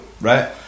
right